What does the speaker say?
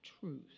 truth